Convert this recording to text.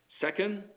Second